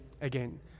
again